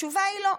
התשובה היא לא.